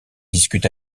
discute